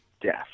death